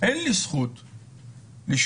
אין לי זכות לשבות.